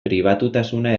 pribatutasuna